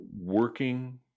Working